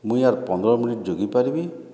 ମୁଇଁ ଆର୍ ପନ୍ଦର ମିନିଟ୍ ଜଗି ପାରବି